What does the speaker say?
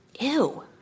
Ew